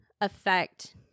affect